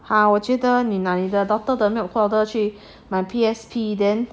哈我觉得你拿你的 daughter 的 milk powder 去买 P_S_P then